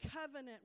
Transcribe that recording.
covenant